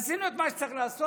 עשינו את מה שצריך לעשות.